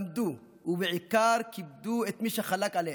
למדו ובעיקר כיבדו את מי שחלק עליהם,